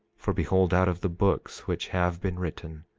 for behold, out of the books which have been written,